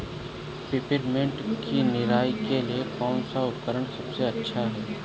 Peppermint की निराई के लिए कौन सा उपकरण सबसे अच्छा है?